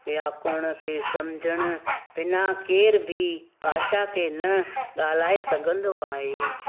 व्याकरण खे सम्झणु बिना केर बि भाषा खे न ॻाल्हाए सघंदो आहे